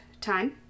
time